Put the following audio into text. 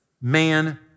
man